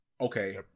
Okay